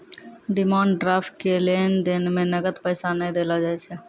demand draft के लेन देन मे नगद पैसा नै देलो जाय छै